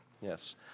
Yes